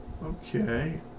Okay